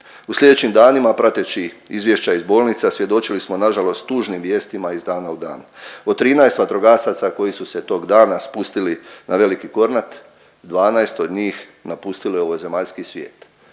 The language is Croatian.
U sljedećim danima, prateći izvješća iz bolnica, svjedočili smo nažalost tužnim vijestima iz dana u dan. Od 13 vatrogasaca koji su se tog dana spustili na Veliki Kornat, 12 od njih napustilo je ovozemaljski svijet,